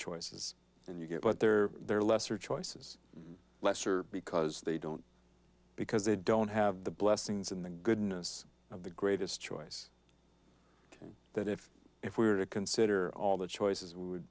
choices and you get what they're there lesser choices lesser because they don't because they don't have the blessings in the goodness of the greatest choice that if if we were to consider all the choices we would